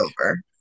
over